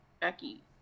Becky